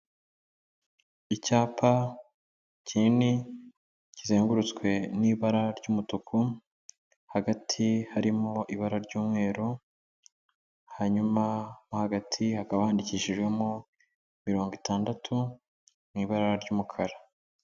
Icyapa kinini, kizengurutswe n'ibara ry'umutuku, hagati harimo ibara ry'umweru, hanyuma nko hagati hakaba handikishijwemo mirongo itandatu mu ibara ry'umukara.